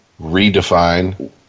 redefine